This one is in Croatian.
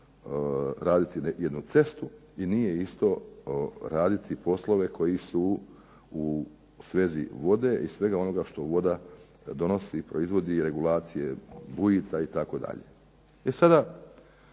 raditi jednu cestu i nije isto raditi poslove koji su u svezi vode i svega onoga što voda proizvodi i donosi regulacije bujica itd.